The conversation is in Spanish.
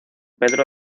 pedro